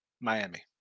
Miami